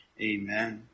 Amen